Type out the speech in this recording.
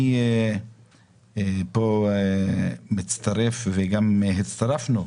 אני פה מצטרף וגם הצטרפנו,